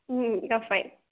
ம் okay fine